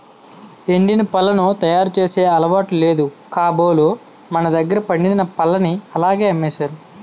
ఎండిన పళ్లను తయారు చేసే అలవాటు లేదు కాబోలు మనదగ్గర పండిన పల్లని అలాగే అమ్మేసారు